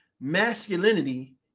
Masculinity